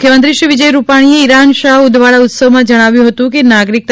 મુખ્યમંત્રી શ્રી વિજય રૂપાણીએ ઇરાનશાહ ઉદવાડા ઉત્સવમાં જણાવ્યું હતું કે નાગરિકતા